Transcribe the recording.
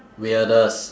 weirdest